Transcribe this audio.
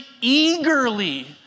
eagerly